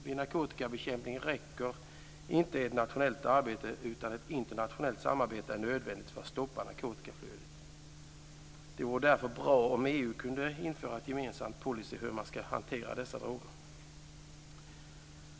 Vid narkotikabekämpning räcker inte ett nationellt arbete, utan ett internationellt samarbete är nödvändigt för att stoppa narkotikaflödet. Det vore därför bra om EU kunde införa en gemensam policy för hur man ska hantera dessa frågor.